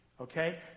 Okay